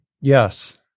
Yes